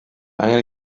angen